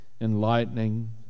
enlightening